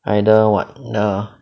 either what uh